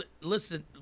listen